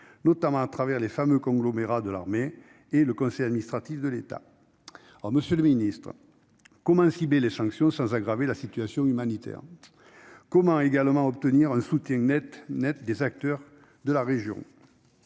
notamment à travers les fameux conglomérats de l'armée et le Conseil administratif de l'État. Monsieur le ministre, comment cibler les sanctions sans aggraver la situation humanitaire ? Comment également obtenir un soutien plus net des acteurs de la région ?